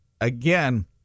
again